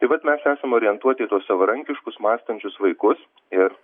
tai vat mes esame orientuoti savarankiškus mąstančius vaikus ir